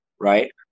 right